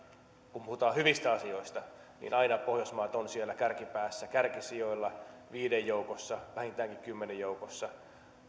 kun puhutaan hyvistä asioista aina pohjoismaat ovat siellä kärkipäässä kärkisijoilla viiden joukossa vähintäänkin kymmenen joukossa tämä